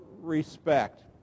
respect